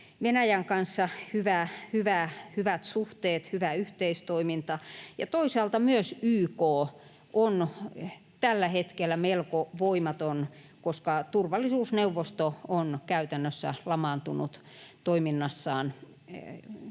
Venäjän kanssa hyvät suhteet, hyvä yhteistoiminta, ja toisaalta myös YK on tällä hetkellä melko voimaton, koska turvallisuusneuvosto on käytännössä lamaantunut toiminnassaan,